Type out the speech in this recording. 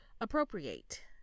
appropriate